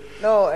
לא.